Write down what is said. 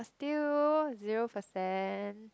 still zero percent